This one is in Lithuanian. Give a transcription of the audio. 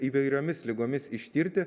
įvairiomis ligomis ištirti